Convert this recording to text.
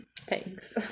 Thanks